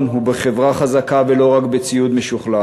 הוא בחברה חזקה ולא רק בציוד משוכלל,